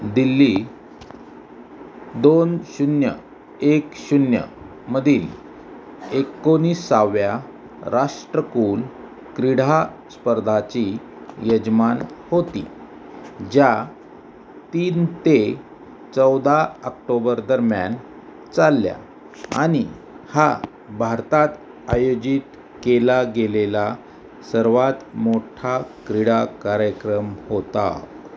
दिल्ली दोन शून्य एक शून्यमधील एकोणिसाव्या राष्ट्रकुल क्रीडा स्पर्धेची यजमान होती ज्या तीन ते चौदा आक्टोबर दरम्यान चालल्या आणि हा भारतात आयोजित केला गेलेला सर्वात मोठा क्रीडा कार्यक्रम होता